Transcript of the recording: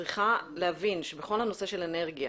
צריכה להבין שבכל הנושא של אנרגיה